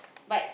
but